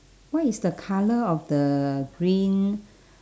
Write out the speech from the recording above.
what is the colour of the green